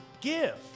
give